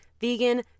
vegan